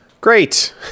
Great